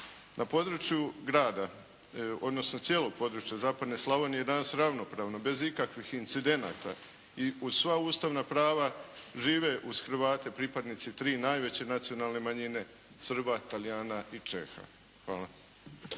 Na području grada odnosno cijelog područja zapadne Slavonije je danas ravnopravno bez ikakvih incidenata i uz sva ustavna prava žive uz Hrvate pripadnici tri najveće nacionalne manjine Srba, Talijana i Čeha. Hvala.